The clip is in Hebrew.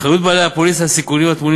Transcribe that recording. אחריות בעלי הפוליסות לסיכונים הטמונים